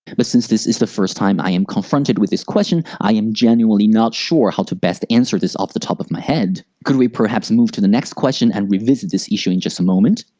but since this is the first time i am confronted with this question, i am genuinely not sure how to best answer this off the top of my head. could we perhaps move on to the next question and revisit this issue in just a moment?